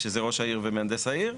שזה ראש העיר ומהנדס העיר.